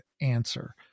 answer